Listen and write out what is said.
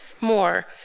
more